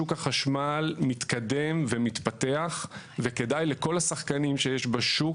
שוק החשמל מתקדם ומתפתח וכדאי לכל השחקנים שיש בשוק